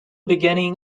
beginning